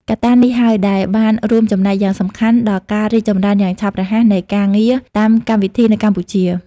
កត្តានេះហើយ ដែលបានរួមចំណែកយ៉ាងសំខាន់ដល់ការរីកចម្រើនយ៉ាងឆាប់រហ័សនៃការងារតាមកម្មវិធីនៅកម្ពុជា។